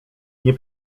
nie